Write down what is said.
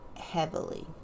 heavily